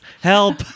help